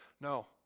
No